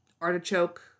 artichoke